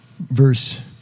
verse